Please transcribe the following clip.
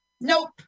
Nope